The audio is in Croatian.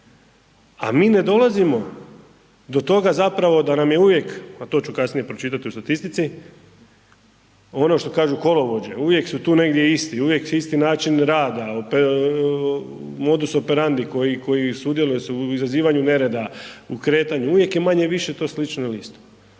a mi ne dolazimo do toga zapravo da nam je uvijek, a to ću kasnije pročitat u statistici, ono što kažu kolovođe, uvijek su tu negdje isti, uvijek je isti način rada, modus operandi koji, koji sudjeluje se u izazivanju nerada, u kretanju, uvijek je više-manje to slično ili isto.